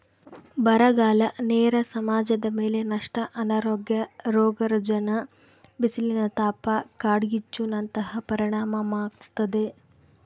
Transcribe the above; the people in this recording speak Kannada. ಬರಗಾಲ ನೇರ ಸಮಾಜದಮೇಲೆ ನಷ್ಟ ಅನಾರೋಗ್ಯ ರೋಗ ರುಜಿನ ಬಿಸಿಲಿನತಾಪ ಕಾಡ್ಗಿಚ್ಚು ನಂತಹ ಪರಿಣಾಮಾಗ್ತತೆ